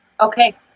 Okay